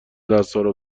دستهارو